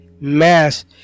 mass